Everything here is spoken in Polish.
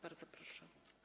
Bardzo proszę.